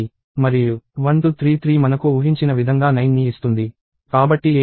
మరియు 1233 మనకు ఊహించిన విధంగా 9 ని ఇస్తుంది కాబట్టి ఏది మంచిది